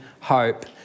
hope